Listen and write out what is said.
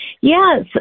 Yes